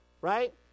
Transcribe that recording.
right